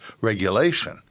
regulation